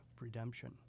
redemption